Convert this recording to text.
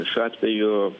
šiuo atveju